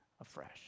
afresh